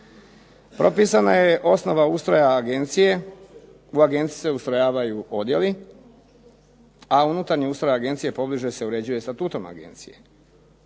Propisana je osnova ustroja agencije, u agenciji se ustrojavaju odjeli, a unutarnji ustroj agencije pobliže se uređuje statutom agencije.